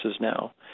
now